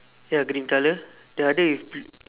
ya green colour the other is bl~